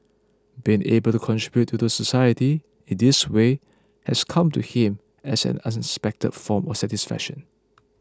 being able to contribute to the society in this way has come to him as an unexpected form of satisfaction